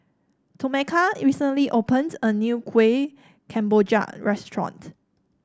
Tomeka recently opened a new Kuih Kemboja restaurant